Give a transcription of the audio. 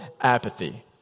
apathy